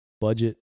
budget